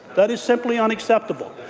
that is simply unacceptable.